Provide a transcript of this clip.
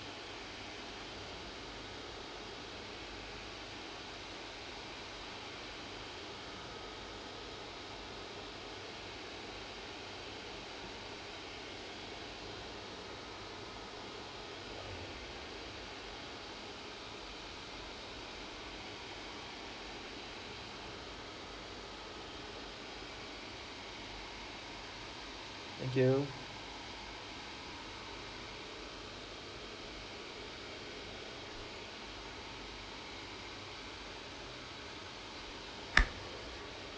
thank you